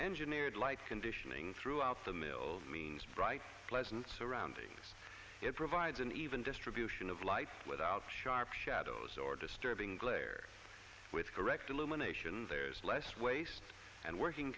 engineer and light conditioning throughout the mill means bright pleasant surroundings it provides an even distribution of light without sharp shadows or disturbing glare with correct illumination there's less waste and working